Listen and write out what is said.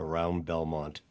around belmont